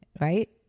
Right